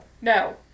No